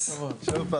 יש לנו זמן